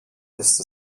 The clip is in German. ist